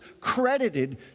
credited